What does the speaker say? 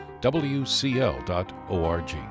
wcl.org